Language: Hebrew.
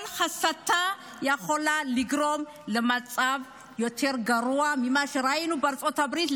כל הסתה יכולה לגרום למצב יותר גרוע ממה שראינו בארצות הברית,